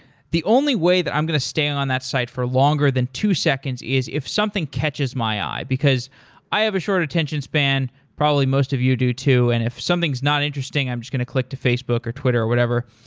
the only way that i'm going to stay on that site for longer than two seconds is if something catches my eye, because i have a short attention span, probably most of you do too, and if something's not interesting i'm just going to click to facebook or twitter or whatever.